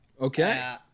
Okay